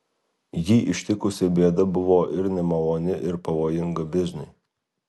jį ištikusi bėda buvo ir nemaloni ir pavojinga bizniui